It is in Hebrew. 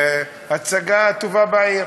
ההצגה הטובה בעיר.